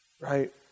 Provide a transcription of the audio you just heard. Right